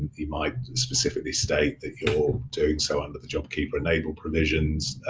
you might specifically state that you're doing so under the jobkeeper enabled provisions.